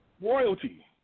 royalty